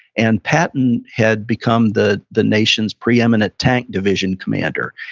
and patton had become the the nation's pre-eminent tank division commander.